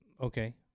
Okay